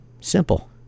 Simple